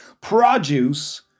Produce